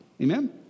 Amen